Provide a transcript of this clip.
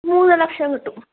മൂന്ന് ലക്ഷം കിട്ടും